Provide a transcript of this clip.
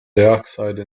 dioxide